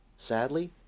sadly